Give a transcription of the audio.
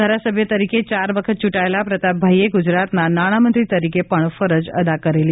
ધારાસભ્ય તરીકે ચાર વખત ચૂંટાયેલા પ્રતાપભાઈએ ગુજરાતના નાણાંમંત્રી તરીકે પણ ફરજ અદા કરેલી